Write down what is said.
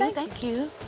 thank thank you.